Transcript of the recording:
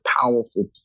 powerful